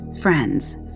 Friends